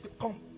come